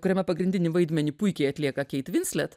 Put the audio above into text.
kuriame pagrindinį vaidmenį puikiai atlieka keit vinslet